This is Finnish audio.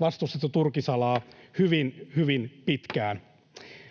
vastustettu turkisalaa hyvin, hyvin pitkään.